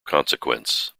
consequence